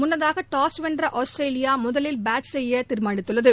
முன்னதாக டாஸ் வென்ற ஆஸ்திரேலியா முதலில் பேட் செய்ய தீர்மானித்தது